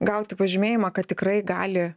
gauti pažymėjimą kad tikrai gali